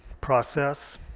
process